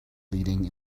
leading